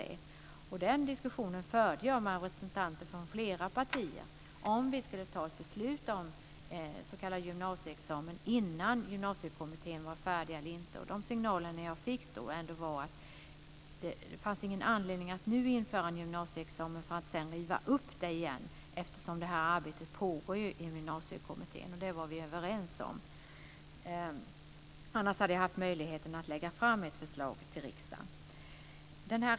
Jag förde en diskussion med representanter för flera partier om vi skulle fatta beslut om en s.k. gymnasieexamen innan Gymnasiekommittén var färdig. De signaler som jag fick var att det inte fanns någon anledning att nu införa en gymnasieexamen för att sedan riva upp den igen, eftersom detta arbete pågår i Gymnasiekommittén. Det var vi överens om. Annars hade jag haft möjlighet att lägga fram ett förslag till riksdagen.